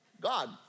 God